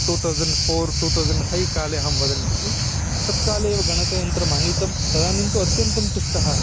two thousand four two thousand five काले अहं वदन्नस्मि तत्कालेव गणकयन्त्रमानीतं तदानीं तु अत्यन्तं तुष्टः